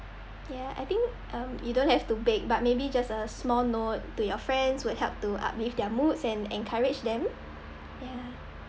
ya I think um you don't have to bake but maybe just a small note to your friends would help to uplift their moods and encourage them ya